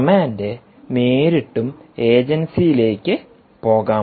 command നേരിട്ടും ഏജൻസിയിലേക്ക് പോകാം